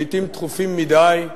לעתים תכופים מדי,